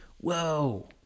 Whoa